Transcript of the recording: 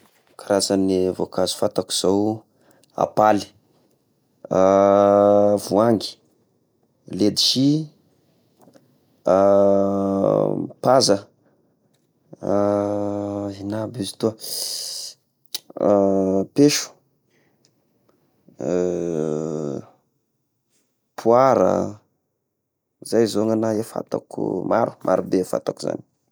Karazagny voankazo fatako zao: apaly, voahangy, ledsy, paza, ino aby izy toa peso, poara, zay zaho ny agnahy fantako maro maro be afatako izagny.